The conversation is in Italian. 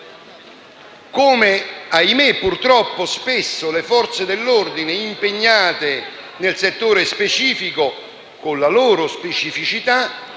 come purtroppo spesso le Forze dell'ordine impegnate nel settore, con la loro specificità,